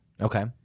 Okay